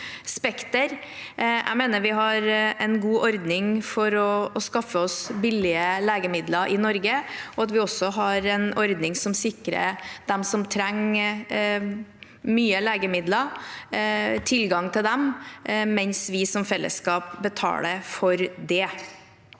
mener vi har en god ordning for å skaffe oss billige legemidler i Norge, og at vi også har en ordning som sikrer dem som trenger mye legemidler, tilgang til det, mens vi som fellesskap betaler for det.